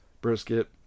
brisket